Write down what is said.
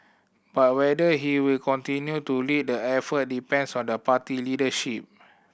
but whether he will continue to lead the effort depends on the party leadership